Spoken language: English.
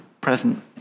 present